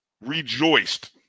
rejoiced